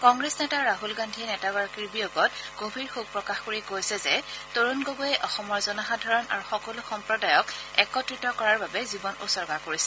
কংগ্ৰেছ নেতা ৰাছল গান্ধীয়ে নেতাগৰাকীৰ বিয়োগত গভীৰ শোক প্ৰকাশ কৰি কৈছে যে তৰুণ গগৈয়ে অসমৰ জনসাধাৰণ আৰু সকলো সম্প্ৰদায়ক একত্ৰিত কৰাৰ বাবে জীৱন উচৰ্গা কৰিছিল